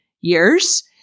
years